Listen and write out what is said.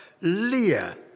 Leah